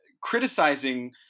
criticizing